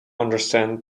understand